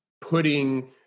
putting